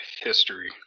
history